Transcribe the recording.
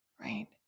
right